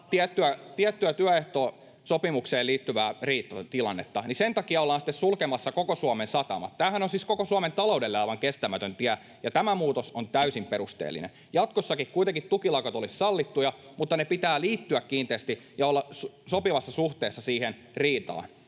tiettyyn työehtosopimukseen liittyvää riitatilannetta, niin sen takia ollaan sulkemassa koko Suomen satamat. Tämähän on siis koko Suomen taloudelle aivan kestämätön tie, ja tämä muutos on täysin perusteellinen. Jatkossakin kuitenkin tukilakot olisivat sallittuja, mutta niiden pitää liittyä kiinteästi ja olla sopivassa suhteessa siihen riitaan